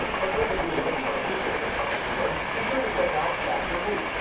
for those of you looking for youtubers from england, be sure to check out caspar lee,